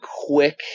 quick